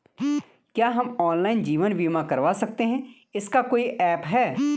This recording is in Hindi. क्या हम ऑनलाइन जीवन बीमा करवा सकते हैं इसका कोई ऐप है?